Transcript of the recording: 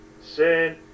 Sin